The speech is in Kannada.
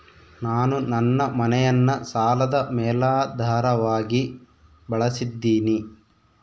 ನಾನು ನನ್ನ ಮನೆಯನ್ನ ಸಾಲದ ಮೇಲಾಧಾರವಾಗಿ ಬಳಸಿದ್ದಿನಿ